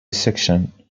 section